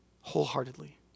wholeheartedly